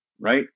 right